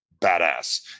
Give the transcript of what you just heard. badass